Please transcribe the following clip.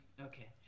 Okay